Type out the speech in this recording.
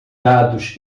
dados